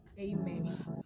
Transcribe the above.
amen